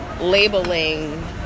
labeling